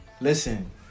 listen